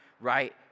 right